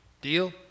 deal